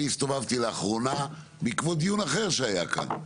אני הסתובבתי לאחרונה, בעקבות דיון אחר שהיה כאן,